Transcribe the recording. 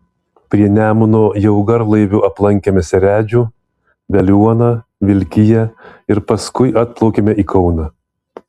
prie nemuno jau garlaiviu aplankėme seredžių veliuoną vilkiją ir paskui atplaukėme į kauną